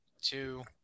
two